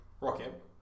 rocket